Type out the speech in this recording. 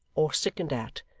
or sickened at,